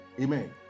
Amen